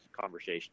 conversation